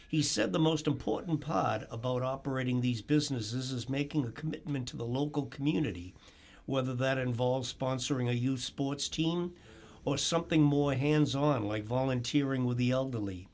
said the most important part about operating these businesses is making a commitment to the local community whether that involves sponsoring a youth sports team or something more hands on like volunteering with the elderly